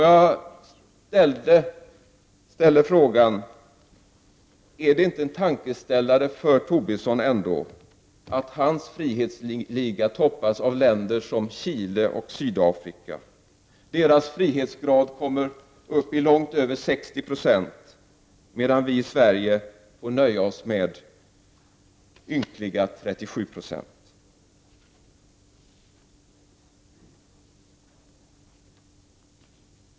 Jag ställer frågan: Är det ändå inte en tankeställare för Lars Tobisson att hans frihetsliga toppas av länder såsom Chile och Sydafrika? Deras frihetsgrad kommer upp i långt över 60 26, medan vi i Sverige får nöja oss med ynkliga 37 9.